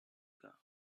ago